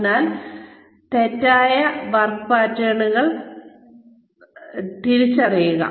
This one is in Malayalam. അതിനാൽ തെറ്റായ പ്രവർത്തന രീതികൾ തിരിച്ചറിയുക